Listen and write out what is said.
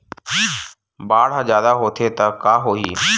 बाढ़ ह जादा होथे त का होही?